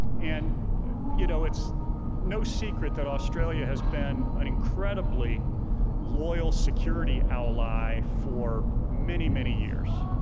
and you know it's no secret that australia has been an incredibly loyal security ally for many, many years,